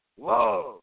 love